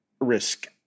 risk-